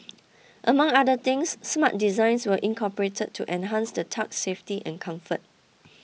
among other things smart designs were incorporated to enhance the tug's safety and comfort